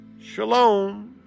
Shalom